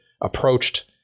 approached